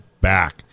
back